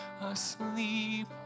asleep